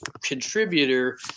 contributor